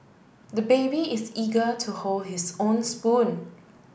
the baby is eager to hold his own spoon